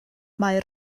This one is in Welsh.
mae